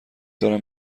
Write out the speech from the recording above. دارم